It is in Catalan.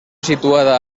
situada